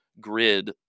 grid